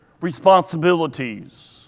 responsibilities